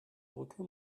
brücke